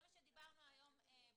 זה מה שדיברנו היום בבוקר.